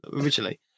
originally